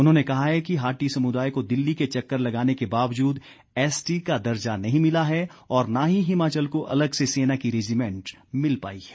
उन्होंने कहा है कि हाटि समुदाय को दिल्ली के चक्कर लगाने के बावजूद एसटी का दर्जा नहीं मिला है और न ही हिमाचल को अलग से सेना की रेजिमेंट मिल पाई है